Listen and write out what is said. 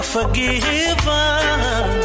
forgiven